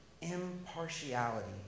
impartiality